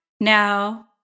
Now